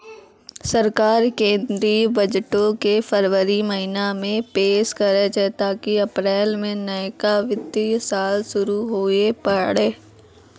सरकार केंद्रीय बजटो के फरवरी महीना मे पेश करै छै ताकि अप्रैल मे नयका वित्तीय साल शुरू हुये पाड़ै